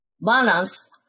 Balance